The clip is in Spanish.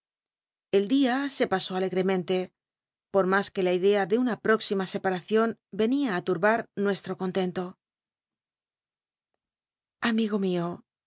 el dia se pasó alcgtcmcnlc por mas que la idea de una ptóxima separacion cnia ú turba nuestro contento amigo mio